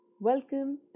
Welcome